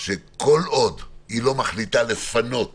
שכל עוד היא לא מחליטה לפנות